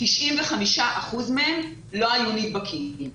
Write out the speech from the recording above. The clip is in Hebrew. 95 אחוזים מהם לא היו נדבקים.